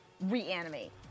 reanimate